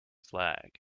flag